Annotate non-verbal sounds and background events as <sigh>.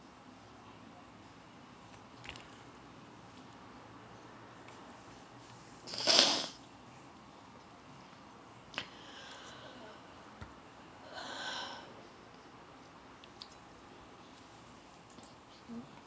<breath>